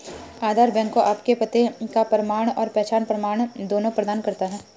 आधार bank को आपके पते का प्रमाण और पहचान प्रमाण दोनों प्रदान करता है